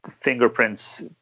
fingerprints